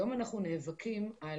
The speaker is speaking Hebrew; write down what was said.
היום אנחנו נאבקים על